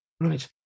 right